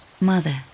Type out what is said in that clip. mother